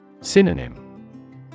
Synonym